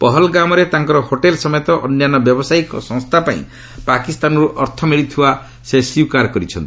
ପହଲ୍ଗାମ୍ରେ ତାଙ୍କର ହୋଟେଲ୍ ସମେତ ଅନ୍ୟାନ୍ୟ ବ୍ୟାବସାୟିକ ସଂସ୍ଥାପାଇଁ ପାକିସ୍ତାନରୁ ଅର୍ଥ ମିଳୁଥିବା ସେ ସ୍ୱୀକାର କରିଛନ୍ତି